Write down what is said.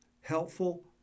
Helpful